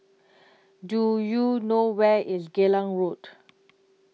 Do YOU know Where IS Geylang Road